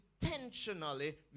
intentionally